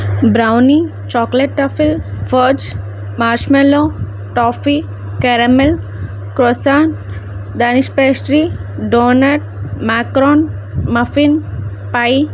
brownie chocolate toffee fudge marshmallow toffee caramel croissant Danish pastry doughnut macaron muffin pi